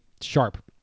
sharp